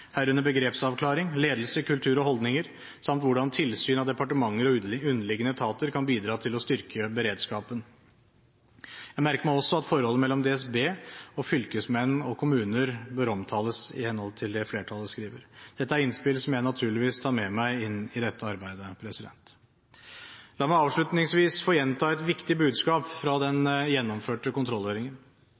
herunder begrepsavklaring, ledelse, kultur og holdninger samt hvordan tilsyn av departementer og underliggende etater kan bidra til å styrke beredskapen. Jeg merker meg også at forholdet mellom DSB og fylkesmenn og kommuner bør omtales, i henhold til det flertallet skriver. Dette er innspill som jeg naturligvis tar med meg inn i dette arbeidet. La meg avslutningsvis få gjenta et viktig budskap fra den gjennomførte